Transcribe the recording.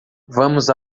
vamos